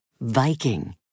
Viking